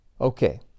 Okay